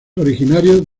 originario